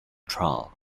trial